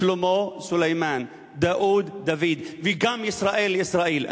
שלמה, סולימאן, דאוד, דוד, וגם ישראל, ישראיל.